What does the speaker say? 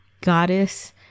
goddess